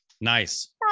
Nice